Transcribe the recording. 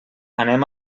anem